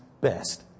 best